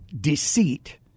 deceit